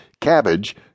cabbage